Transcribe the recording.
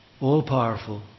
all-powerful